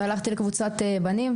הלכתי לקבוצת בנים,